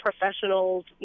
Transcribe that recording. professional's